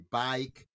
bike